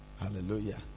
hallelujah